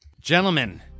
Gentlemen